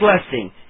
blessing